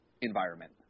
environment